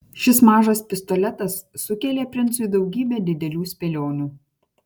šis mažas pistoletas sukėlė princui daugybę didelių spėlionių